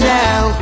now